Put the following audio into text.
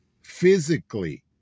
physically